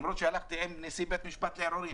למרות שהלכתי עם נשיא בית משפט לערעורים.